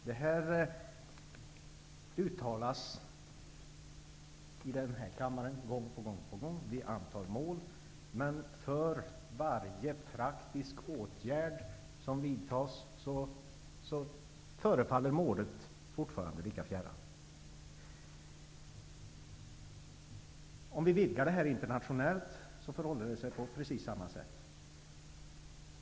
Detta uttalas i den här kammaren gång på gång. Vi antar mål, men trots alla de praktiska åtgärder som vidtas, förefaller målet alltid lika fjärran. På det internationella planet förhåller det sig på precis samma sätt.